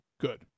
good